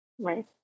Right